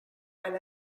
and